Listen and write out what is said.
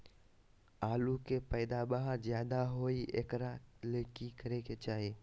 आलु के पैदावार ज्यादा होय एकरा ले की करे के चाही?